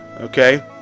Okay